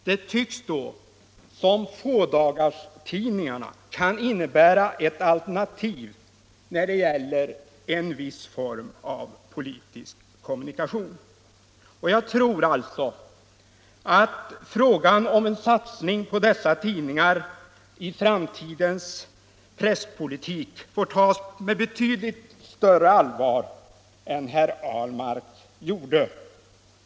Det tycks därför som om fådagarstidningarna kan innebära ett alternativ när det gäller viss form av politisk kommunikation. Jag tror också att frågan om en satsning på dessa tidningar får tas med betydligt större allvar i framtidens presspolitik än vad herr Ahlmark gjorde.